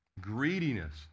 greediness